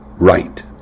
right